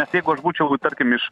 nes jeigu aš būčiau tarkim iš